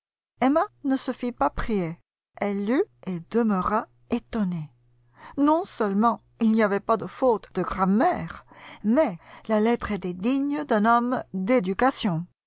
emma ne se fit pas prier elle lut et demeura étonnée non seulement il n'y avait pas de fautes de grammaire mais la lettre était digne d'un homme d'éducation